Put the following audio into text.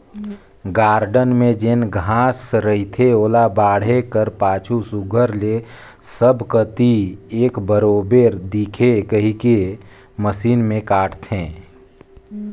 garden में जेन घांस रहथे ओला बाढ़े कर पाछू सुग्घर ले सब कती एक बरोबेर दिखे कहिके मसीन में काटथें